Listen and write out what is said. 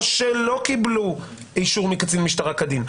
או שלא קיבלו אישור מקצין משטרה כדין,